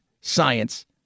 science